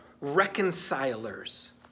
reconcilers